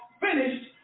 finished